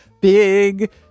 big